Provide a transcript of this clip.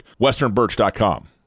westernbirch.com